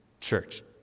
church